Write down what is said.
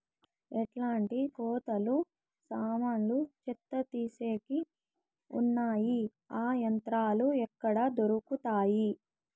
ఎట్లాంటి కోతలు సామాన్లు చెత్త తీసేకి వున్నాయి? ఆ యంత్రాలు ఎక్కడ దొరుకుతాయి?